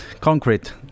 concrete